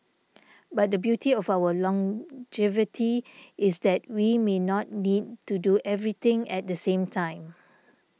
but the beauty of our longevity is that we may not need to do everything at the same time